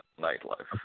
nightlife